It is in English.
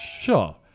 Sure